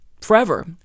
forever